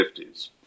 1950s